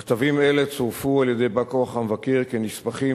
מכתבים אלה צורפו על-ידי בא-כוח המבקר כנספחים